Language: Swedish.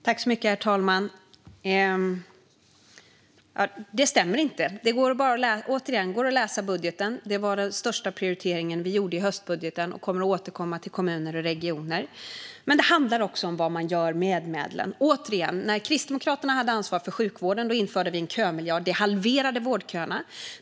Herr talman! Det stämmer inte. Återigen: Det går att läsa budgeten. Det var den största prioriteringen vi gjorde i höstbudgeten, och vi kommer att återkomma till kommuner och regioner. Men det handlar också om vad man gör med medlen. När Kristdemokraterna hade ansvar för sjukvården införde vi en kömiljard. Det halverade vårdköerna.